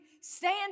stand